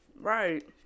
Right